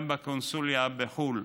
גם בקונסוליה בחו"ל,